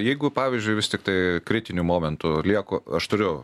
jeigu pavyzdžiui vis tiktai kritiniu momentu lieku aš turiu